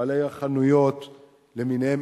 בעלי החנויות למיניהן,